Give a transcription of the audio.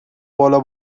بالا